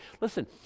Listen